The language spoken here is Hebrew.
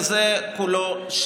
ולכן התאגיד הזה כולו שלי.